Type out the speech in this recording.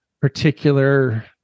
particular